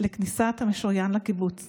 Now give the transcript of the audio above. השת"פ האמור היא